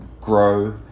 grow